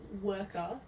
worker